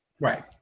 Right